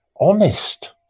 honest